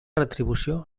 retribució